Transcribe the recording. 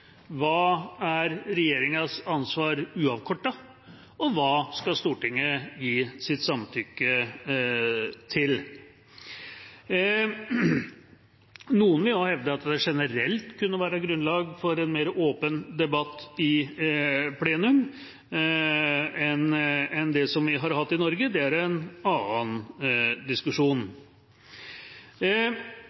hva som er regjeringas ansvar uavkortet, og hva Stortinget skal gi sitt samtykke til. Noen vil hevde at det generelt kunne være grunnlag for en mer åpen debatt, i plenum, enn det vi har hatt i Norge. Det er en annen diskusjon.